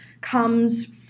comes